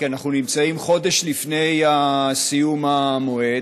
כי אנחנו נמצאים חודש לפני סיום המועד,